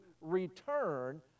return